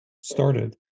started